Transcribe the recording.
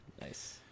nice